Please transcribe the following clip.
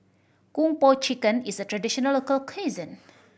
Kung Po Chicken is a traditional local cuisine